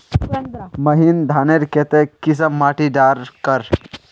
महीन धानेर केते की किसम माटी डार कर?